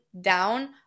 down